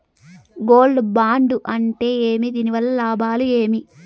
Gold bond అంటే ఏమి? దీని వల్ల లాభాలు ఏమి?